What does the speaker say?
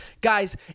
Guys